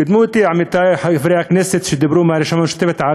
הקדימו אותי עמיתי חברי הכנסת מהרשימה המשותפת שדיברו על